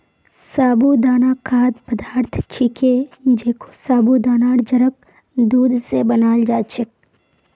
साबूदाना खाद्य पदार्थ छिके जेको साबूदानार जड़क दूध स बनाल जा छेक